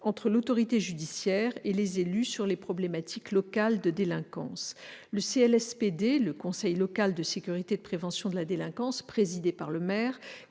entre l'autorité judiciaire et les élus sur les problématiques locales de délinquance. Le conseil local de sécurité et de prévention de la délinquance, ou CLSPD, présidé par le maire,